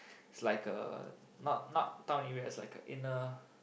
is like a not not town area is like a inner